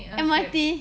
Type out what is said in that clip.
M_R_T